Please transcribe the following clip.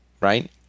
right